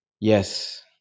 Yes